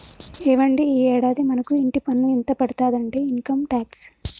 ఏవండి ఈ యాడాది మనకు ఇంటి పన్ను ఎంత పడతాదండి ఇన్కమ్ టాక్స్